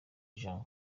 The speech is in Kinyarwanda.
jean